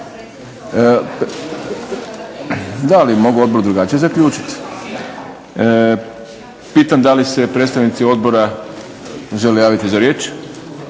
Da, ali je mogao odbor drugačije zaključiti. Pitam da li se predstavnici odbora žele javiti za riječ?